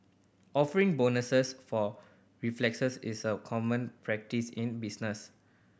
offering bonuses for reflexes is a common practice in business